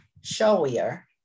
showier